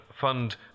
fund